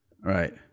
Right